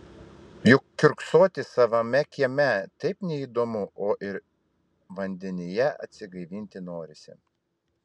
juk kiurksoti savame kieme taip neįdomu o ir vandenyje atsigaivinti norisi